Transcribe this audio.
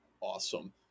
awesome